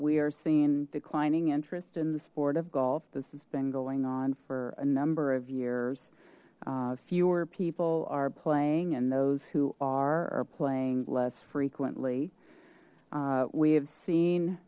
we are seeing declining interest in the sport of golf this has been going on for a number of years fewer people are playing and those who are are playing less frequent li we have seen